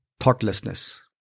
thoughtlessness